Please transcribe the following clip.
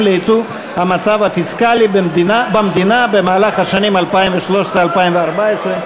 לייצוב המצב הפיסקלי במדינה במהלך השנים 2013 ו-2014,